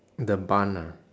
the bun ah